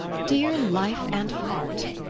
dear life and heart,